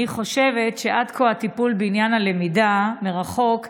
אני חושבת שעד כה הטיפול בעניין הלמידה מרחוק,